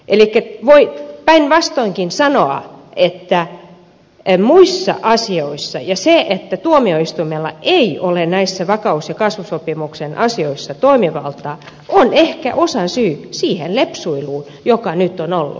elikkä voi päinvastoinkin sanoa että se että tuomioistuimella ei ole näissä vakaus ja kasvusopimuksen asioissa toimivaltaa on ehkä osasyy siihen lepsuiluun joka nyt ollut